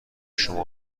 شما